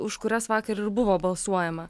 už kurias vakar ir buvo balsuojama